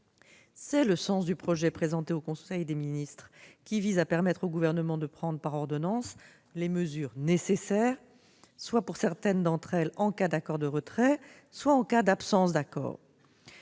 est le sens du projet présenté au conseil des ministres, qui vise à permettre au Gouvernement de prendre, par ordonnances, les mesures nécessaires, soit, pour certaines d'entre elles, en cas d'accord de retrait, soit en cas d'absence d'accord.